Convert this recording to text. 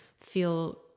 feel